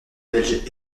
belge